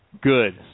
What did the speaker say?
Good